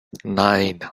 nine